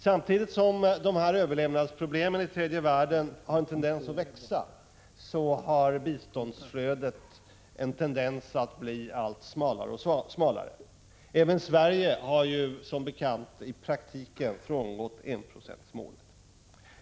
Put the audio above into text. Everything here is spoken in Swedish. Samtidigt som överlevnadsproblemen i tredje världen har en tendens att växa, har biståndsflödet en tendens att bli allt smalare. Även Sverige har som bekant i praktiken frångått enprocentsmålet.